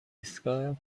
ایستگاه